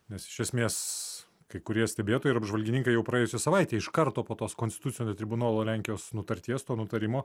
nes iš esmės kai kurie stebėtojai ir apžvalgininkai jau praėjusią savaitę iš karto po tos konstitucinio tribunolo lenkijos nutarties to nutarimo